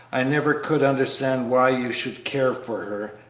i never could understand why you should care for her,